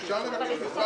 הישיבה ננעלה בשעה